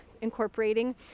incorporating